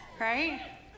right